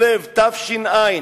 בכסלו תש"ע,